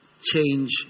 change